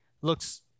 Looks